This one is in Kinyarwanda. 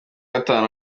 gatanu